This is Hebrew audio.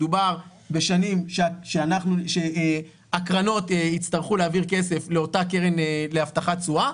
מדובר בשנים שהקרנות יצטרכו להעביר כסף לאותה קרן להבטחת תשואה.